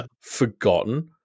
forgotten